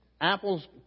apples